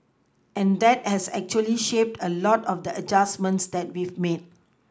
and that has actually shaped a lot of the adjustments that we've made